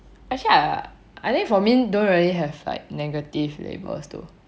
actually I I I think for me don't really like have negative labels though